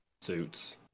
suits